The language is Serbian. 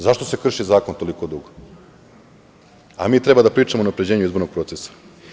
Zašto se krši zakon toliko dugo, a mi treba da pričamo o unapređenju izbornog procesa?